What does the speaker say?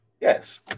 Yes